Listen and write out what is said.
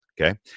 okay